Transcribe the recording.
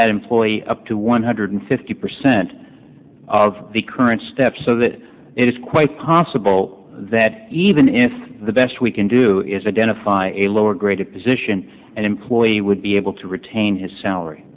that employee up to one hundred fifty percent of the current staff so that it is quite possible that even if the best we can do is identify a lower grade a position an employee would be able to retain his salary